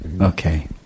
Okay